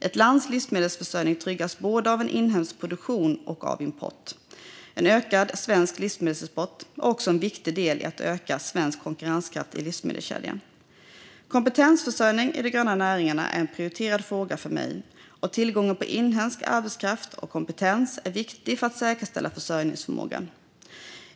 Ett lands livsmedelsförsörjning tryggas både av en inhemsk produktion och av import. En ökad svensk livsmedelsexport är också en viktig del i att öka svensk konkurrenskraft i livsmedelskedjan. Kompetensförsörjning i de gröna näringarna är en prioriterad fråga för mig, och tillgången på inhemsk arbetskraft och kompetens är viktig för att säkerställa försörjningsförmågan.